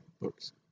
books